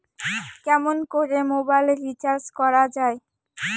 কেমন করে mobile recharge করা য়ায়?